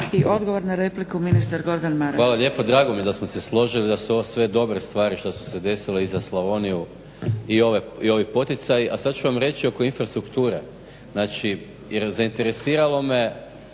I odgovor na repliku ministar Goradn Maras. **Maras, Gordan (SDP)** Hvala lijepo. Drago mi je da smo se složili da su ovo sve dobre stvari koje su se desile i za Slavoniju i ovi poticaji. A sada ću vam reći oko infrastrukture. Znači jer zainteresiralo me